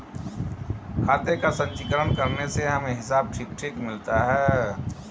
खाते का संचीकरण करने से हमें हिसाब ठीक ठीक मिलता है